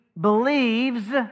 believes